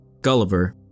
Gulliver